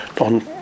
on